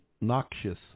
noxious